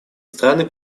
страны